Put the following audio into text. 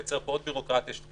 לייצר פה עוד בירוקרטיה אולי